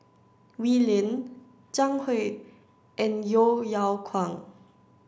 Wee Lin Zhang Hui and Yeo Yeow Kwang